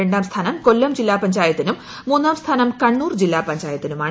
രണ്ടാം സ്ഥാനം കൊല്ലം ജില്ലാ പഞ്ചായത്തിനും മൂന്നാം സ്ഥാനം കണ്ണൂർ ജില്ലാ പഞ്ചായത്തിനുമാണ്